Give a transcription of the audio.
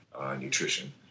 nutrition